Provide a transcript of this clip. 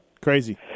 Crazy